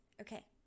Okay